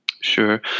sure